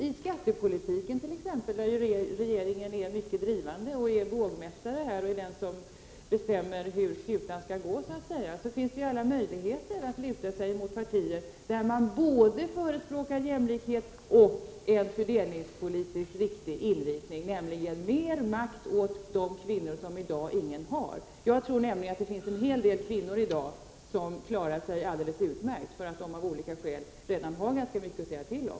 I t.ex. skattepolitiken, där ju regeringen är mycket drivande, är vågmästare och är den som så att säga bestämmer hur skutan skall gå, finns det alla möjligheter att luta sig mot partier där man förespråkar både jämlikhet och en fördelningspolitiskt riktig inriktning, nämligen mer makt åt de kvinnor som i dag ingen makt har. Jag tror att det finns en hel del kvinnor i dag som klarar sig alldeles utmärkt, därför att de av olika skäl redan har ganska mycket att säga till om.